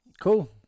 Cool